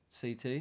CT